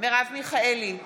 מרב מיכאלי,